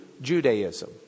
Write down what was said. Judaism